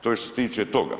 To je što se tiče toga.